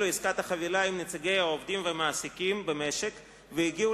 "עסקת חבילה" עם נציגי העובדים והמעסיקים במשק והגיעו